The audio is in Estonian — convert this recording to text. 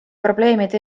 probleemide